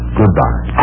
goodbye